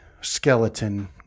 skeleton